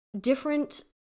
different